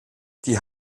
die